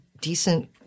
decent